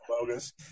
bogus